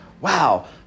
Wow